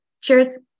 cheers